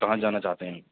کہاں جانا چاہتے ہیں